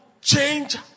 change